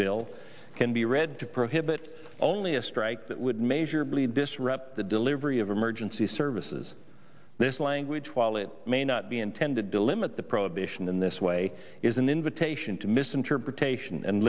bill can be read to prohibit only a strike that would measure bleed disrupt the delivery of emergency services this language while it may not be intended to limit the prohibition in this way is an invitation to misinterpretation and